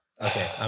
Okay